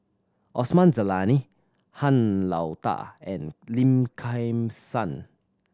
Osman Zailani Han Lao Da and Lim Kim San